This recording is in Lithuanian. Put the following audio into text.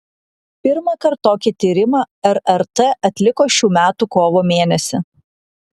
pirmąkart tokį tyrimą rrt atliko šių metų kovo mėnesį